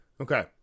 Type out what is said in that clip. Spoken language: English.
Okay